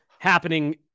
happening